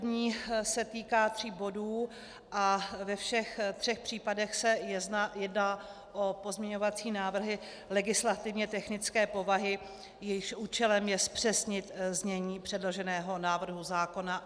První se týká tří bodů a ve všech třech případech se jedná o pozměňovací návrhy legislativně technické povahy, jejichž účelem je zpřesnit znění předloženého návrhu zákona.